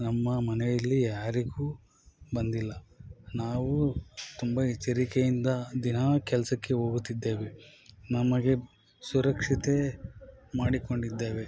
ನಮ್ಮ ಮನೆಯಲ್ಲಿ ಯಾರಿಗೂ ಬಂದಿಲ್ಲ ನಾವು ತುಂಬ ಎಚ್ಚರಿಕೆಯಿಂದ ದಿನ ಕೆಲಸಕ್ಕೆ ಹೋಗುತ್ತಿದ್ದೇವೆ ನಮಗೆ ಸುರಕ್ಷತೆ ಮಾಡಿಕೊಂಡಿದ್ದೇವೆ